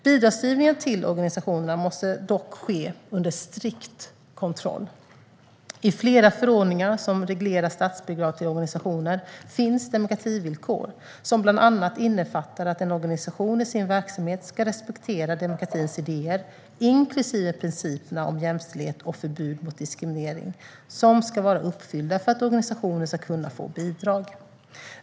Bidragsgivningen till organisationerna måste dock ske under strikt kontroll. I flera förordningar som reglerar statsbidrag till organisationer finns demokrativillkor som bland annat innefattar att en organisation i sin verksamhet ska respektera demokratins idéer, inklusive principerna om jämställdhet och förbud mot diskriminering som ska vara uppfyllda för att organisationen ska kunna få bidrag.